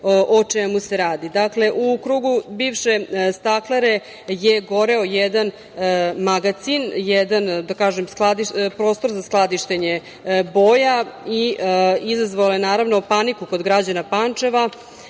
o čemu se radi. Dakle, u krugu bivše staklare je goreo jedan magacin, jedan da kažem, prostor za skladištenje boja i izazvao je, naravno paniku kod građana Pančeva.